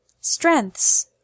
Strengths